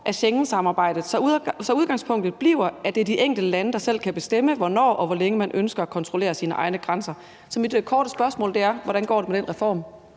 af Schengen-samarbejdet. Så udgangspunktet bliver, at det er de enkelte lande, der selv kan bestemme, hvornår og hvor længe man ønsker at kontrollere sine egne grænser.« Så mit korte spørgsmål er: Hvordan går det med den reform?